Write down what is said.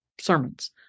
sermons